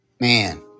man